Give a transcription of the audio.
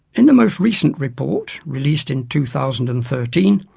in the most recent report, released in two thousand and thirteen,